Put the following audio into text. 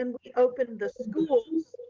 we opened the school,